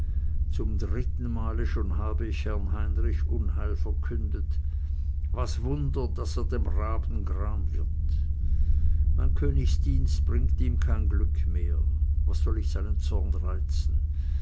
zum dritten male schon habe ich herrn heinrich unheil verkündet was wunder daß er dem raben gram wird mein königsdienst bringt ihm kein glück mehr was soll ich seinen zorn reizen